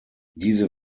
diese